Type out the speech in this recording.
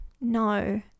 No